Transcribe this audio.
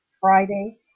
Friday